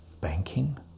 banking